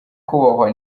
kubahwa